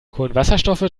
kohlenwasserstoffe